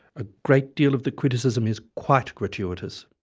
a great deal of the criticism is quite gratuitous.